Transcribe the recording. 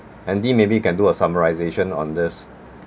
andy maybe you can do a summarization on this